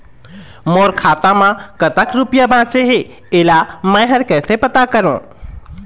मोर खाता म कतक रुपया बांचे हे, इला मैं हर कैसे पता करों?